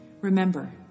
Remember